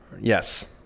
Yes